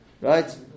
Right